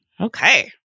Okay